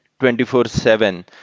24-7